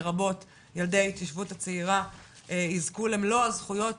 לרבות ילדי ההתיישבות הצעירה יזכו למלא הזכויות